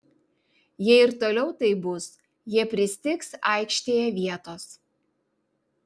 jei ir toliau taip bus jie pristigs aikštėje vietos